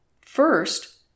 First